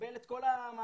יקבל את כל המעטפת,